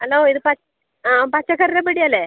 hello ഇത് ആ പച്ചക്കറിയുടെ പീടിക അല്ലേ